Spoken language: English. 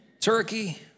Turkey